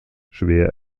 schwer